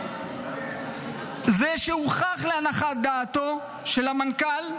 מכוח זה שהוכח להנחת דעתו של המנכ"ל,